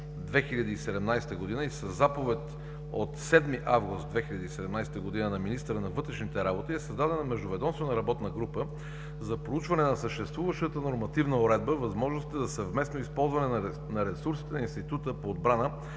2017 г. и със заповед от 7 август 2017 г. на министъра на вътрешните работи е създадена Междуведомствена работна група за проучване на съществуващата нормативна уредба, възможностите за съвместно използване на ресурси на Института по отбрана